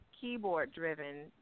keyboard-driven